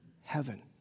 heaven